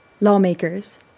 Lawmakers